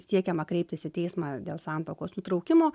siekiama kreiptis į teismą dėl santuokos nutraukimo